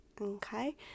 okay